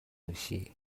میشی